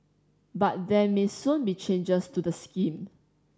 but there may soon be changes to the scheme